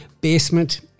basement